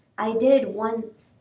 i did once,